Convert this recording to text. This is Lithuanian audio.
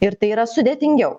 ir tai yra sudėtingiau